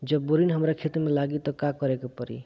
जब बोडिन हमारा खेत मे लागी तब का करे परी?